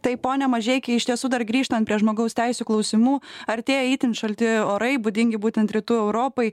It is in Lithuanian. tai pone mažeiki iš tiesų dar grįžtant prie žmogaus teisių klausimų ar tie itin šalti orai būdingi būtent rytų europai